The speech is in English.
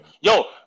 Yo